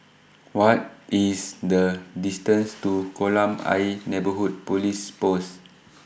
What IS The distance to Kolam Ayer Neighbourhood Police Post